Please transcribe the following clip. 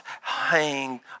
hang